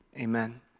Amen